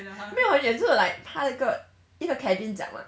没有很远就是 like 它的一个一个 cabin 这样啦